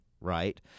Right